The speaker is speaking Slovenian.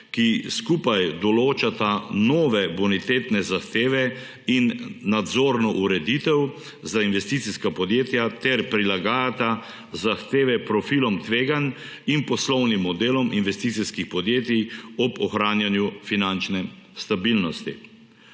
ki skupaj določata nove bonitetne zahteve in nadzorno ureditev za investicijska podjetja ter prilagajata zahteve profilom tveganj in poslovnim modelom investicijskih podjetij ob ohranjanju finančne stabilnosti.